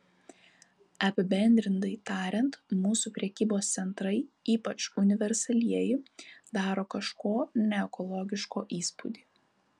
apibendrintai tariant mūsų prekybos centrai ypač universalieji daro kažko neekologiško įspūdį